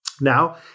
Now